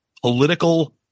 Political